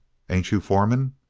ain't you foreman?